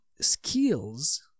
skills